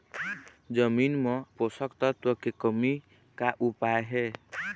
जमीन म पोषकतत्व के कमी का उपाय हे?